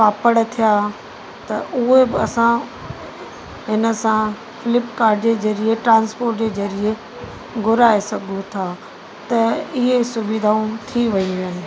पापड़ थिया त उहे बि असां इन सां फ़िल्पकार्ट जे ज़रिये ट्रांस्पोर्ट जे ज़रिये घुराए सघूं था त इहे सुविधाऊं थी वयूं आहिनि